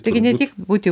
taigi ne tik būti